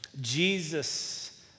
Jesus